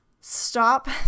stop